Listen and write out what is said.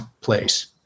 place